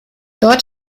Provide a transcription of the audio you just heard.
dort